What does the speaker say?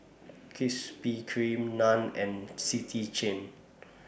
Krispy Kreme NAN and City Chain